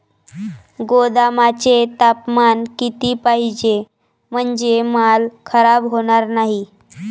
गोदामाचे तापमान किती पाहिजे? म्हणजे माल खराब होणार नाही?